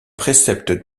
préceptes